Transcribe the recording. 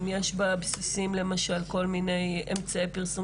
אם יש בבסיסים למשל כל מיני אמצעי פרסום